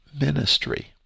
ministry